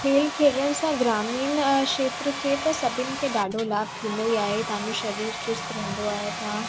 खेलु खेॾण सां ग्रामीण खेत्र खे त सभिनी खे ॾाढो लाभ थींदो ई आहे तव्हांजो सरीरु चुस्त रहंदो आहे तव्हां